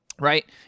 Right